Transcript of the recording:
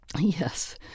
Yes